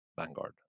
vanguard